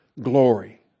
glory